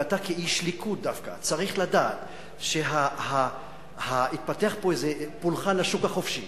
ואתה כאיש ליכוד דווקא צריך לדעת שהתפתח פה פולחן השוק החופשי,